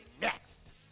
next